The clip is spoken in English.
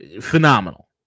phenomenal